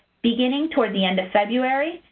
beginning toward the end of february,